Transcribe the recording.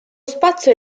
spazio